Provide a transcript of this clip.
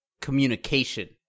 communication